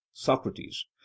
Socrates